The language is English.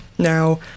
now